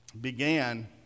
began